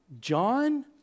John